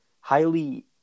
highly